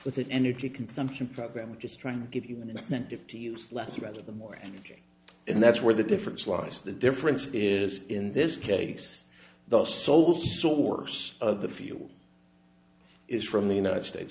with the energy consumption program which is trying to give you an incentive to use less rather the more and that's where the difference lies the difference is in this case the sole source of the fuel is from the united states